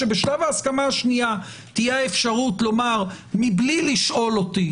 שבשלב ההסכמה השנייה תהיה האפשרות לומר: מבלי לשאול אותי,